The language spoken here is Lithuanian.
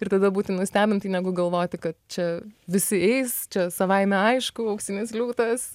ir tada būti nustebintai negu galvoti kad čia visi eis čia savaime aišku auksinis liūtas